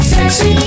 Sexy